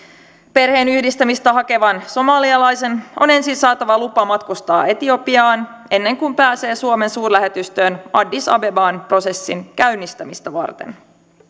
perheenyhdistämistä hakevan somalialaisen on ensin saatava lupa matkustaa etiopiaan ennen kuin pääsee suomen suurlähetystöön addis abebaan prosessin käynnistämistä varten